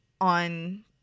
on